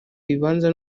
ibibanza